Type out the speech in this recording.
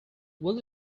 will